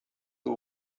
who